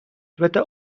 dyweda